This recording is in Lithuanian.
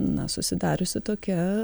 na susidariusi tokia